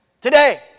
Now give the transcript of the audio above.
Today